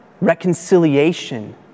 reconciliation